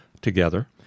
together